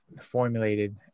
formulated